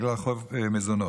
בגלל חוב מזונות.